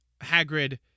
Hagrid